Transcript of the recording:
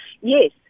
Yes